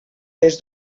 les